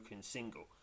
single